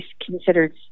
considered